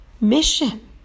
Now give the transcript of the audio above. mission